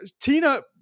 tina